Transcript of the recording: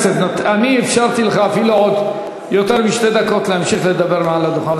אני אפשרתי לך להמשיך לדבר מעל הדוכן אפילו יותר משתי דקות,